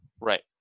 Right